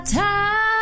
time